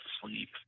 sleep